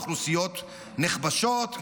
אוכלוסיות נכבשות,